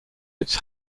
its